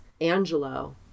Angelo